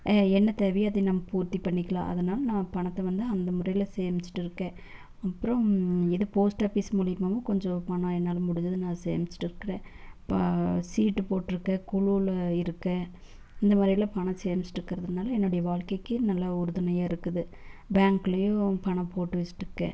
என்ன தேவையோ அதை நம்ம பூர்த்தி பண்ணிக்கலாம் அதனால நான் பணத்தை வந்து அந்த முறையில் சேமிச்சிட்டு இருக்கேன் அப்புறம் இது போஸ்ட் ஆஃபிஸ் மூலயமாவும் கொஞ்சம் பணம் என்னால் முடிஞ்சதை நான் சேமிச்சிகிட்டு இருக்கிறேன் இப்போது சீட்டு போட்டிருக்கேன் குழுவில இருக்கேன் இந்தமாதிரிலாம் பணம் சேமிச்சிட்டு இருக்கிறதுனால என்னோடய வாழ்க்கைக்கு நல்லா உறுதுணையாக இருக்குது பேங்க்லயும் பணம் போட்டு வச்சிட்டு இருக்கேன்